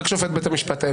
רק שופט בית המשפט העליון.